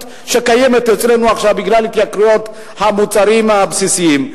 שקיימת אצלנו עכשיו בגלל התייקרות המוצרים הבסיסיים.